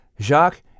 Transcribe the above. Jacques